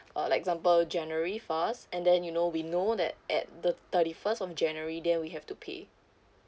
uh like example january first and then you know we know that at the thirty first of january then we have to pay